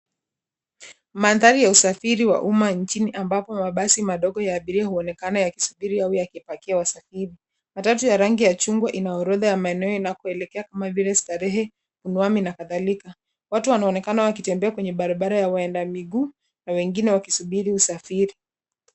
Mandhari ya usafiri wa umma nchini ambapo mabasi madogo ya abiria huonekana yakisubiri au yakipakia wasafiri. Matatu ya rangi ya chungwa ina orodha ya maeneo inakoelekea kama vile Starehe, Pumwani na kadhalika. Watu wanaonekana wakitembea kwenye barabara ya waendamiguu na wengine wakisubiri usafiri.